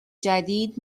جدید